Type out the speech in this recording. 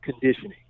conditioning